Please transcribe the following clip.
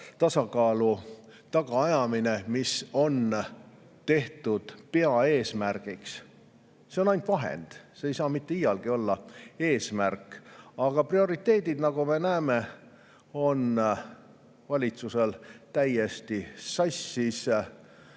tasakaalu tagaajamine, mis on tehtud peaeesmärgiks. See on ainult vahend, see ei saa mitte iialgi olla eesmärk. Aga prioriteedid, nagu me näeme, on valitsusel täiesti sassis.